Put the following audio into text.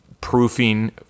proofing